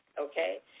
Okay